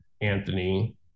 Anthony